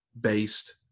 based